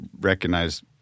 recognize